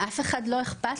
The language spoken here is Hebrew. האם לאף אחד לא אכפת?